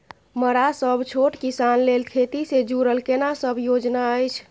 मरा सब छोट किसान लेल खेती से जुरल केना सब योजना अछि?